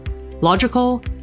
logical